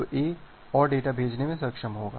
तो A और data भेजने में सक्षम होगा